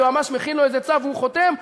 היועמ"ש מכין לו איזה צו והוא חותם.